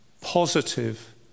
positive